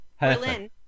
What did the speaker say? Berlin